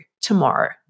tomorrow